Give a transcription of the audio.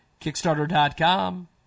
Kickstarter.com